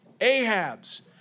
Ahab's